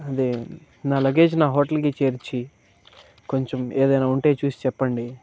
అదే నా లాగేజ్ నా హోటల్కి చేర్చి కొంచం ఏదైనా ఉంటే చూసి చెప్పండి